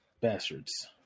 Bastards